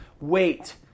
wait